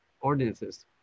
ordinances